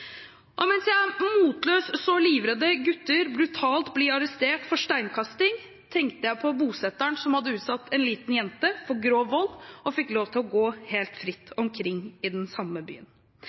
Og mens jeg motløs så livredde gutter brutalt bli arrestert for steinkasting, tenkte jeg på bosetteren som hadde utsatt en liten jente for grov vold, og som fikk lov til å gå helt fritt omkring i den samme byen.